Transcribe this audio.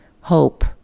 Hope